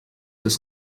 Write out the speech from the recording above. das